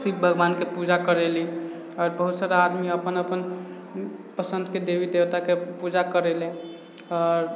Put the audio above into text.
शिव भगवान के पूजा करय ली आओर बहुत सारा आदमी अपन अपन पसन्द के देवी देवता के पूजा करय ला आओर